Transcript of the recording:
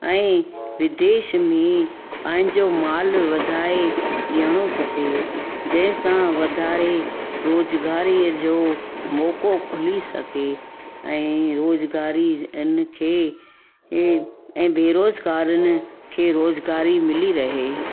ऐं विदेश में पंहिंजो मालु वधाए ॾियणो खपे जंहिं सां वाधारे रोज़गारीअ जो मौको खुली सघे ऐं रोज़गारीअनि खे ऐं ऐं बेरोज़गारनि खे रोज़गारी मिली रहे